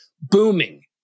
booming